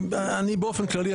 אני באופן כללי,